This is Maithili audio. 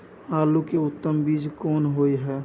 आलू के उत्तम बीज कोन होय है?